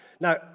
Now